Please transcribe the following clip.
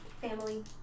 Family